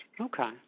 Okay